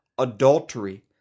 adultery